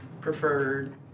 preferred